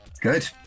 Good